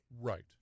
Right